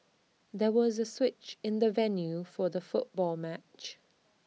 there was A switch in the venue for the football match